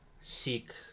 seek